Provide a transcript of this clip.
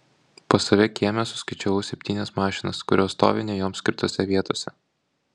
pas save kieme suskaičiavau septynias mašinas kurios stovi ne joms skirtose vietose